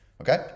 Okay